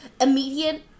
immediate